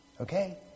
Okay